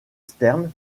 stern